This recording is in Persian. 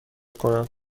کنم